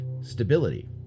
stability